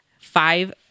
five